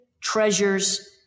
treasures